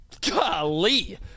Golly